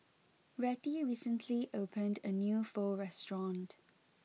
Rettie recently opened a new Pho restaurant